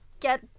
get